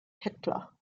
hitler